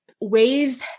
ways